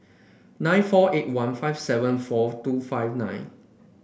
nine four eight one five seven four two five nine